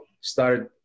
started